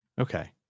Okay